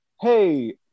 hey